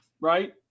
right